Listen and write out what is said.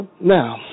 Now